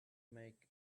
make